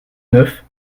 neuf